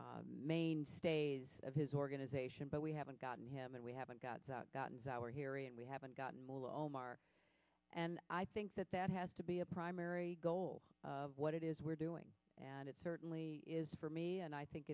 mainstays of his organization but we haven't gotten him and we haven't got gotten our hearing and we haven't got and i think that that has to be a primary goal of what it is we're doing and it certainly is for me and i think